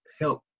help